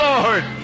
Lord